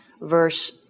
verse